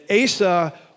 Asa